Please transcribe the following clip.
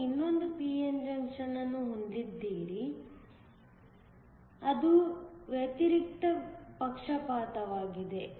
ನೀವು ಇನ್ನೊಂದು p n junction ಅನ್ನು ಹೊಂದಿದ್ದೀರಿ ಅದು ವ್ಯತಿರಿಕ್ತ ಪಕ್ಷಪಾತವಾಗಿದೆ